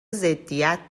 ضدیت